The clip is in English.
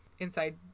inside